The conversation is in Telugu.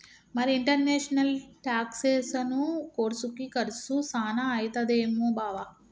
మరి ఇంటర్నేషనల్ టాక్సెసను కోర్సుకి కర్సు సాన అయితదేమో బావా